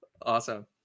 Awesome